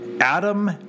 Adam